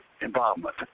involvement